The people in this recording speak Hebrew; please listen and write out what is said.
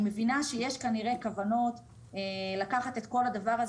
אני מבינה שיש כנראה כוונות לקחת את כל הדבר הזה